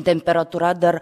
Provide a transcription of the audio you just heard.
temperatūra dar